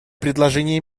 предложение